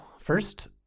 First